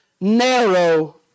narrow